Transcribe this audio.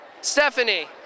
Stephanie